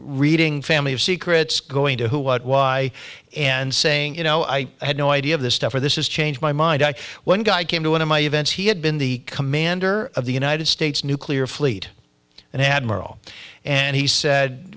reading family of secrets going to who what why and saying you know i had no idea of this stuff or this is change my mind one guy came to one of my events he had been the commander of the united states nuclear fleet and admiral and he said